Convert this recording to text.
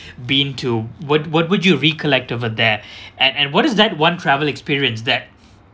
been to what what would you recollect over there and and what is that one travel experience that